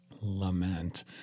lament